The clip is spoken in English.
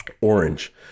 orange